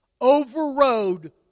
overrode